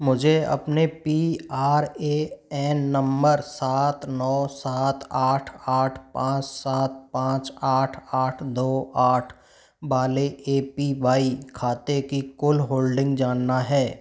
मुझे अपने P R A N number सात नौ सात आठ आठ पाँच सात पाँच आठ आठ दो आठ बाले ए पी वाई खाते की कुल होल्डिंग जानना है